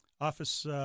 office